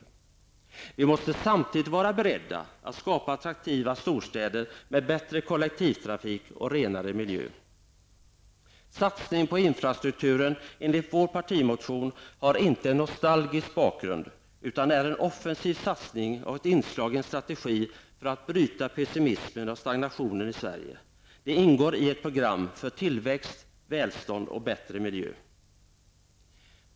Samtidigt måste vi vara beredda att skapa attraktiva storstäder, med bättre kollektivtrafik och renare miljö. Satsningen på infrastrukturen enligt vår partimotion har inte en nostalgisk bakgrund utan är en offensiv satsning och ett inslag i en strategi för att bryta pessimismen och stagnationen i Sverige. Det ingår i ett program för tillväxt, välstånd och bättre miljö.